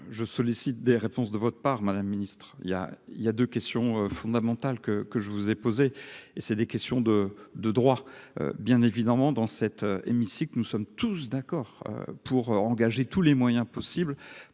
je sollicite des réponses de votre part, madame le Ministre il y a, il y a 2 questions fondamentales que que je vous ai posé et c'est des questions de de droit bien évidemment dans cet hémicycle, nous sommes tous d'accord pour engager tous les moyens possibles